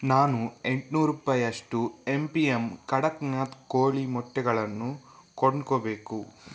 ನಾನು ಎಂಟುನೂರು ರೂಪಾಯಷ್ಟು ಎಮ್ ಪಿ ಎಮ್ ಕಡಕ್ನಾಥ್ ಕೋಳಿ ಮೊಟ್ಟೆಗಳನ್ನು ಕೊಂಡ್ಕೋಬೇಕು